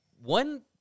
One